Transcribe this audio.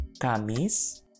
Kamis